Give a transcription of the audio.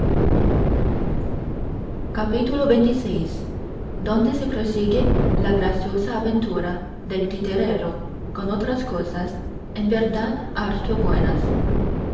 capítulo xxvi donde se prosigue la graciosa aventura del titerero con otras cosas en verdad harto buenas